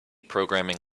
programming